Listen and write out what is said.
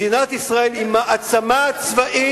מדינת ישראל היא מעצמה צבאית,